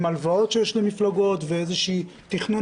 על הלוואות שיש למפלגות ואיזשהו תכנון